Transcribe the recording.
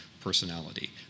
personality